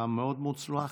היה מאוד מוצלח.